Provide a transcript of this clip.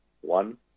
One